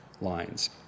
lines